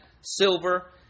silver